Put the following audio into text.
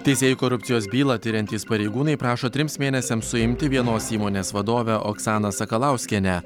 teisėjų korupcijos bylą tiriantys pareigūnai prašo trims mėnesiams suimti vienos įmonės vadovę oksaną sakalauskienę